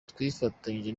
twifatanyije